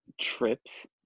trips